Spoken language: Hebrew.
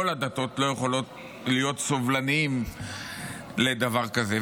כל הדתות לא יכולות להיות סובלניות לדבר כזה.